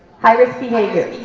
high risk behavior.